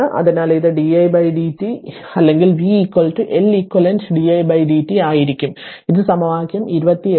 അതിനാൽ ഇത് di dt അല്ലെങ്കിൽ v L eq di dt ആയിരിക്കും ഇത് സമവാക്യം 28